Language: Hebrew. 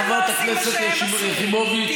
חברת הכנסת יחימוביץ,